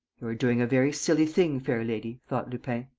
you're doing a very silly thing, fair lady, thought lupin.